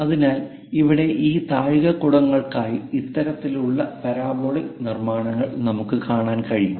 അതിനാൽ ഇവിടെ ഈ താഴികക്കുടങ്ങൾക്കായി ഇത്തരത്തിലുള്ള പരാബോളിക് നിർമ്മാണങ്ങൾ നമുക്ക് കാണാൻ കഴിയും